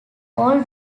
all